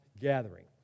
gathering